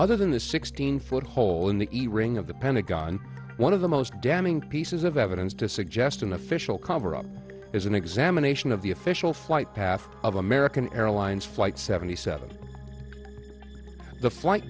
other than the sixteen foot hole in the ear ring of the pentagon one of the most damning pieces of evidence to suggest an official cover up is an examination of the official flight path of american airlines flight seventy seven the flight